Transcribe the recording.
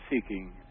seeking